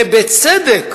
ובצדק,